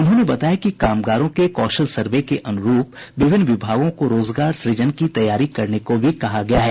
उन्होंने बताया कि कामगारों के कौशल सर्वे के अन्रूरप विभिन्न विभागों को रोजगार सुजन की तैयारी करने को भी कहा गया है